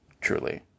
Truly